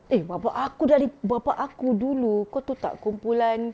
eh bapa aku dari bapa aku dulu kau tahu tak kumpulan